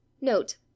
note